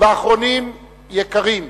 ואחרונים יקרים,